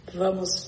vamos